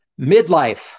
midlife